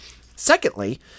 Secondly